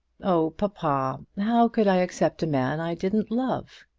oh, papa, how could i accept a man i didn't love?